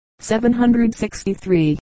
763